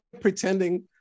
pretending